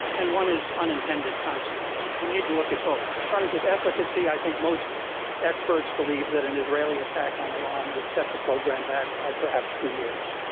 and one is unintended consequences. you need to look at both. in terms of efficacy, i think most experts believe that an israeli attack on iran would set the program back by perhaps two years.